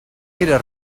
era